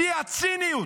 שיא הציניות.